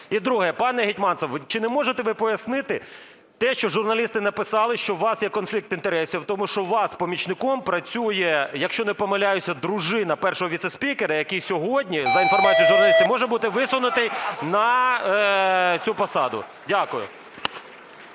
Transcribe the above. І друге. Пане Гетманцев, чи не можете ви пояснити те, що журналісти написали, що у вас є конфлікт інтересів, тому що у вас помічником працює, якщо не помиляюся, дружина Першого віцеспікера, який сьогодні, за інформацією журналістів, може бути висунутий на цю посаду. Дякую.